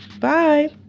Bye